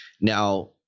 now